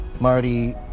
Marty